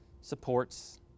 supports